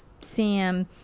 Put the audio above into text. Sam